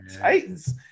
Titans